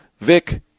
Vic